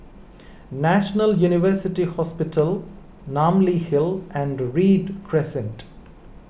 National University Hospital Namly Hill and Read Crescent